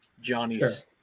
Johnny's